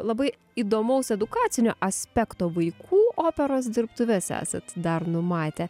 labai įdomaus edukacinio aspekto vaikų operos dirbtuves esat dar numatę